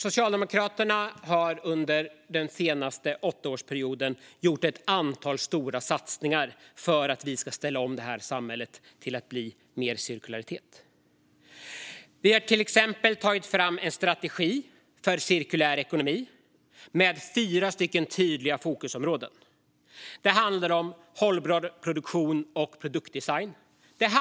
Socialdemokraterna har under den senaste åttaårsperioden gjort ett antal stora satsningar för att vi ska ställa om samhället till att bli mer cirkulärt. Socialdemokraterna har till exempel tagit fram en strategi för cirkulär ekonomi med fyra tydliga fokusområden. Det handlar om hållbar produktion och produktdesign.